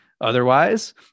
otherwise